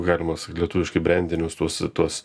jeigu galima sakyt lietuviškai brendinius tuos tuos